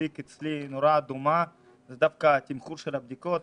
שהדליק אצלי נורה אדומה הוא דווקא תמחור הבדיקות.